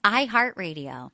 iHeartRadio